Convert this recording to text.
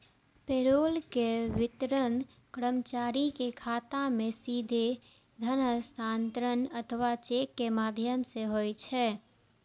payroll के वितरण कर्मचारी के खाता मे सीधे धन हस्तांतरण अथवा चेक के माध्यम सं होइ छै